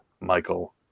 Michael